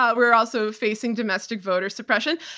ah we're also facing domestic voter suppression.